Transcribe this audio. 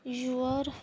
your